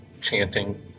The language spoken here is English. chanting